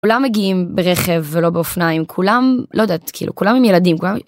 כולם מגיעים ברכב ולא באופניים, כולם, לא יודעת, כולם עם ילדים.